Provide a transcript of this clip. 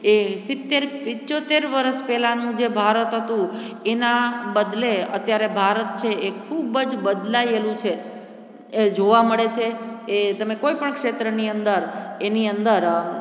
એ સિત્તેર પંચોતેર વરસ પહેલાનું જે ભારત હતું એના બદલે અત્યારે ભારત છે એ ખૂબ જ બદલાયેલું છે એ જોવા મળે છે એ તમે કોઈપણ ક્ષેત્રની અંદર એની અંદર